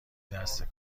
دست